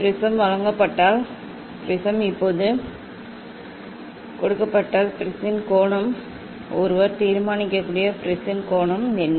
prism வழங்கப்பட்டால் prism இப்போது கொடுக்கப்பட்டால் ப்ரிஸின் கோணம் என்ன ஒருவர் தீர்மானிக்கக்கூடிய ப்ரிஸின் கோணம் என்ன